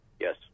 Yes